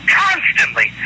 constantly